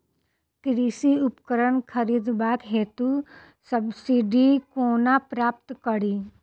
कृषि उपकरण खरीदबाक हेतु सब्सिडी कोना प्राप्त कड़ी?